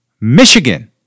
Michigan